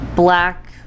Black